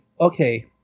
okay